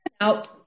out